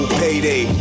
payday